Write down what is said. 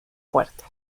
fuerte